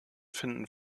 finden